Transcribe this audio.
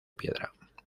piedra